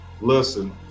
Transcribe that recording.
listen